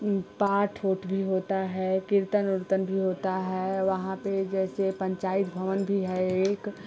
ऊ पाठ बहुत भी होता है कीर्तन उर्तन भी होता है वहाँ पे जैसे पंचायत भवन भी है एक